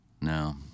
No